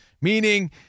Meaning